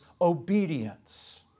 obedience